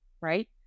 right